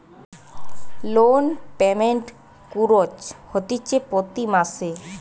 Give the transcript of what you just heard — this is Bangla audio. লোন পেমেন্ট কুরঢ হতিছে প্রতি মাসে